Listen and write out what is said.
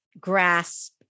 grasp